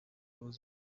abayo